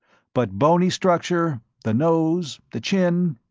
but bony structure the nose, the chin